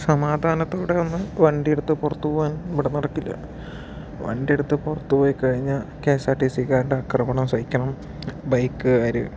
സമാധാനത്തോടെ ഒന്ന് വണ്ടി എടുത്ത് പുറത്തു പോവാൻ ഇവിടെ നടക്കില്ല വണ്ടി എടുത്ത് പുറത്തു പോയി കഴിഞ്ഞാൽ കെ എസ് ആർ ടി സിക്കാരുടെ ആക്രമണം സഹിക്കണം ബൈക്കുകാര്